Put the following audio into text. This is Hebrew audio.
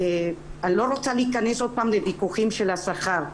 אני לא רוצה להיכנס עוד פעם לוויכוחים של השכר.